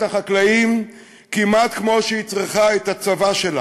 החקלאים כמעט כמו שהיא צריכה את הצבא שלה,